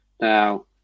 Now